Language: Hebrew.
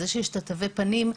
זה שיש את תווי הפנים,